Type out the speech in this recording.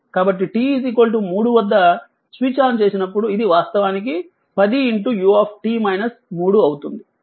కాబట్టి t 3 వద్ద switch on చేసినప్పుడు ఇది వాస్తవానికి 10 u అవుతుంది